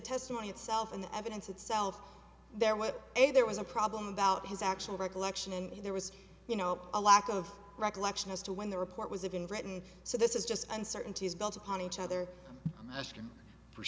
testimony itself and the evidence itself there was a there was a problem about his actual recollection and there was you know a lack of recollection as to when the report was even written so this is just uncertainty is built upon each other and asking